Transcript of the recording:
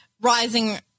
rising